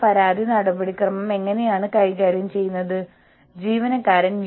അതിനാൽ നിങ്ങൾ അവരുടെ ഉച്ചഭക്ഷണ സമയം സ്തംഭിപ്പിക്കുന്നു